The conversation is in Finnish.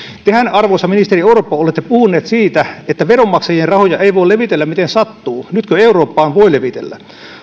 tehän arvoisa ministeri orpo olette puhunut siitä että veronmaksajien rahoja ei voi levitellä miten sattuu nytkö eurooppaan voi levitellä